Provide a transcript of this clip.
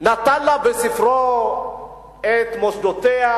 ונתן לה בספרו את מוסדותיה,